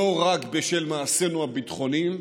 לא רק בשל מעשינו הביטחוניים,